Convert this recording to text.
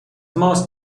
ماست